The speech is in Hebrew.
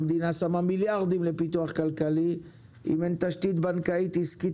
המדינה משקיעה מיליארדים בפיתוח כלכלי אבל אם אין תשתית בנקאית עסקית